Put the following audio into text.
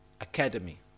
academy